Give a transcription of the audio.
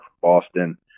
Boston